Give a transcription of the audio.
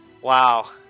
wow